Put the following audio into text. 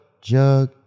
Jug